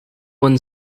one